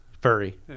Furry